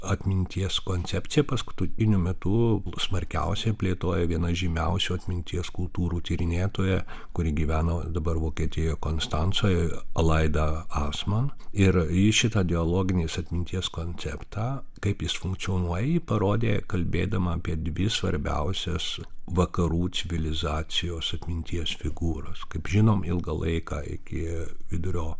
atminties koncepcija paskutiniu metu smarkiausiai plėtoja viena žymiausių atminties kultūrų tyrinėtoja kuri gyveno dabar vokietijoje konstancojelaida asman ir ji šitą dialoginės atminties konceptą kaip jis funkcionuoja parodė kalbėdama apie dvi svarbiausias vakarų civilizacijos atminties figūras kaip žinom ilgą laiką iki vidurio